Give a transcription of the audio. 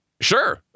Sure